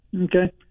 Okay